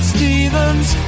Stevens